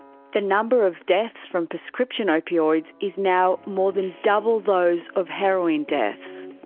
the number of deaths from prescription opioids is now more than double those of heroin deaths.